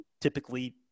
Typically